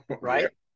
right